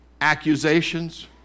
accusations